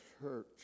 church